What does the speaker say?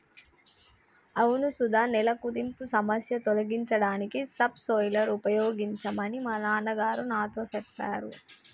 అవును సుధ నేల కుదింపు సమస్య తొలగించడానికి సబ్ సోయిలర్ ఉపయోగించమని మా నాన్న గారు నాతో సెప్పారు